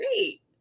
great